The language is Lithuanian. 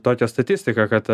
tokią statistiką kad